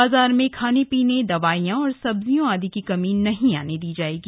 बाजार में खाने पीने दवाइयां और सब्जियों आदि की कमी नहीं आने दी जायेगी